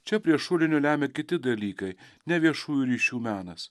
čia prie šulinio lemia kiti dalykai ne viešųjų ryšių menas